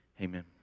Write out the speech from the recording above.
Amen